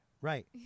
right